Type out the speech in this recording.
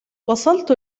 وصلت